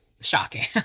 Shocking